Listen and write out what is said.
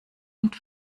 und